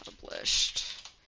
published